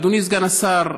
אדוני סגן השר,